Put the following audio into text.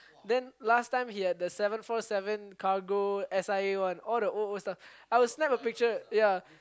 then last time he have the seven four seven cargo S_I_A one I will snap a picture ya